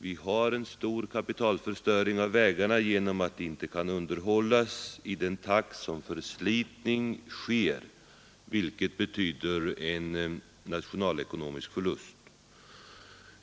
Det förekommer en stor kapitalförstöring genom att vägarna inte kan underhållas i den takt som förslitning sker, vilket betyder en nationalekonomisk förlust.